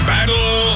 Battle